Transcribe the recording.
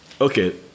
Okay